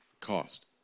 cost